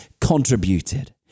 contributed